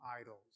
idols